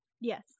Yes